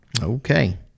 Okay